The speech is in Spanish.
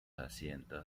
asientos